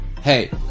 Hey